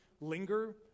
linger